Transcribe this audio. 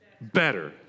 Better